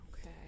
Okay